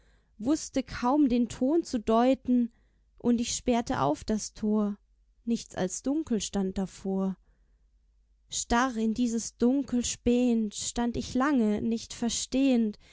wußte kaum den ton zu deuten und ich sperrte auf das tor nichts als dunkel stand davor starr in dieses dunkel spähend stand ich lange nicht verstehend